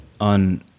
on